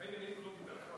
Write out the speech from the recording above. חיים ילין לא דיבר כבר